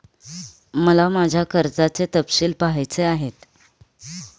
मला माझ्या कर्जाचे तपशील पहायचे आहेत